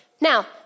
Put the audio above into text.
Now